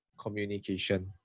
communication